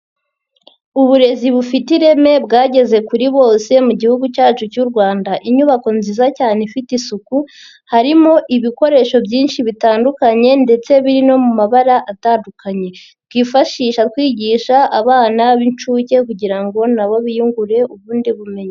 Uburezi bufite ireme bwageze kuri bose mu Gihugu cyacu cy'u Rwanda, inyubako nziza cyane ifite isuku harimo ibikoresho byinshi bitandukanye ndetse biri no mu mabara atandukanye, twifashisha kwigisha abana b'inshuke kugira ngo na bo biyungure ubundi bumenyi.